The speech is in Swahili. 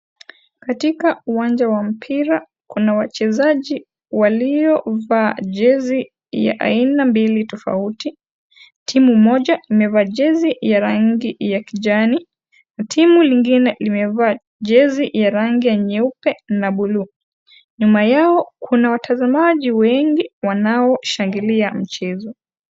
Katika uwanja wa mpira kuna wachezaji waliovaa jezi ya aina mbili tofauti. Timu moja imeva jezi ya rangi ya kijani na timu lingine limevaa jezi ya rangi ya nyeupe na buluu. Nyuma yao kuna watazamaji wengi wanaoshangilia mchezo.